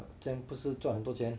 这样不是赚很多钱